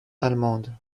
allemandes